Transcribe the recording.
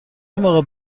موقع